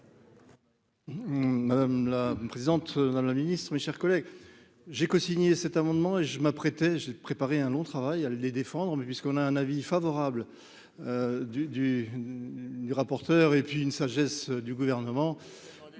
Richard. La présidente dans la Ministre, mes chers collègues, j'ai cosigné cet amendement et je m'apprêtais j'ai préparé un long travail à les défendre mais puisqu'on a un avis favorable du du du rapporteur et puis une sagesse du gouvernement,